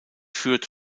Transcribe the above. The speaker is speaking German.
führt